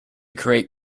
create